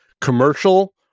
commercial